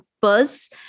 buzz